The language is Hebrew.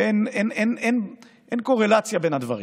אין קורלציה בין הדברים,